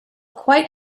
quite